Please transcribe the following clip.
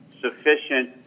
sufficient